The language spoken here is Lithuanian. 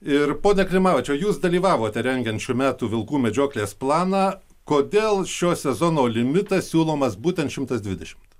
ir pone klimavičiau jūs dalyvavote rengiant šių metų vilkų medžioklės planą kodėl šio sezono limitas siūlomas būtent šimtas dvidešimt